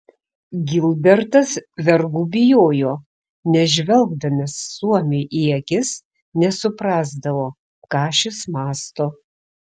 gilbertas vergų bijojo nes žvelgdamas suomiui į akis nesuprasdavo ką šis mąsto